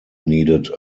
needed